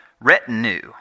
retinue